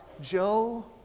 Joe